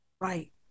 right